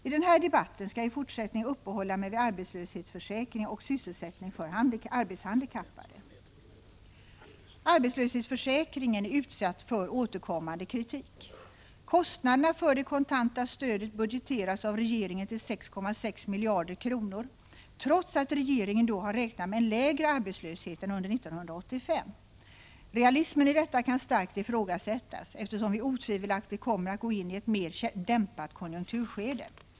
I den här debatten skall jag i fortsättningen uppehålla mig vid arbetslöshetsförsäkringen och sysselsättning för arbetshandikappade. Arbetslöshetsförsäkringen är utsatt för återkommande kritik. Kostnaderna för det kontanta stödet budgeteras av regeringen till 6,6 miljarder kronor, trots att regeringen då har räknat med en lägre arbetslöshet än under 1985. Realismen i detta kan starkt ifrågasättas, eftersom vi otvivelaktigt kommer att gå in i ett mer dämpat konjunkturskede.